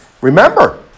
Remember